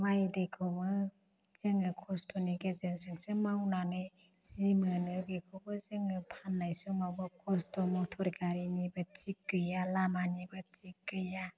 माय दैखौबो जोङो खस्थ'नि गेजेरजोंसो मावनानै जि मोनो बेखौबो जोङो फान्नाय समावबो खस्थ' मटर गारिनिबो थिग गैया लामानिबो थिग गैया